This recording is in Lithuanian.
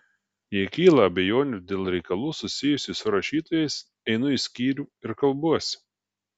jei kyla abejonių dėl reikalų susijusių su rašytojais einu į skyrių ir kalbuosi